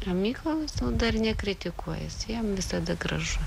ramiai klauso dar nekritikuoja jam visada gražu